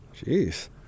Jeez